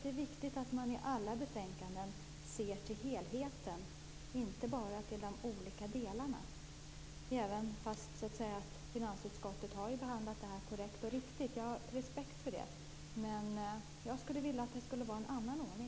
Det är viktigt att man i alla betänkanden ser till helheten och inte bara till de olika delarna. Finansutskottet har ju behandlat detta korrekt, och jag respekterar det, men jag skulle vilja ha en annan ordning.